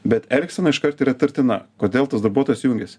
bet elgsena iškart yra įtartina kodėl tas darbuotojas jungiasi